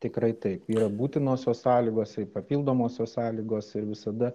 tikrai taip yra būtinosios sąlygos ir papildomosios sąlygos ir visada